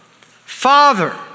Father